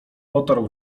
potarł